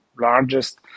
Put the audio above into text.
largest